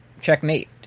checkmate